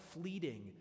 fleeting